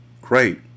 Great